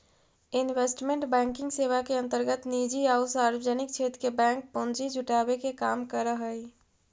investment banking सेवा के अंतर्गत निजी आउ सार्वजनिक क्षेत्र के बैंक पूंजी जुटावे के काम करऽ हइ